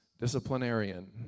disciplinarian